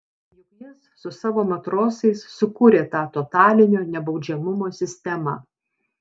juk jis su savo matrosais sukūrė tą totalinio nebaudžiamumo sistemą